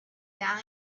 down